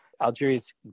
Algeria's